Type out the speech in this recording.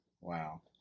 Wow